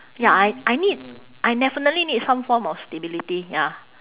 ya I I need I definitely need some form of stability ya